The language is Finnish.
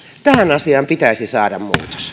tähän asiaan pitäisi saada